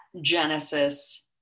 genesis